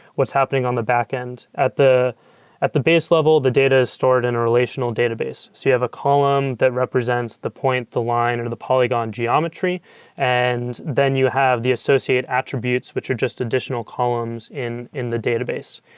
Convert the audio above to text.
what's happening on the backend? at the at the base level, the data is stored in a relational database. so you have a column that represents the point, the line, or the polygon geometry and then you have the associate attributes, which are just additional columns in in the database.